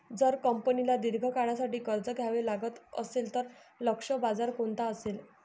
जर कंपनीला दीर्घ काळासाठी कर्ज घ्यावे लागत असेल, तर लक्ष्य बाजार कोणता असेल?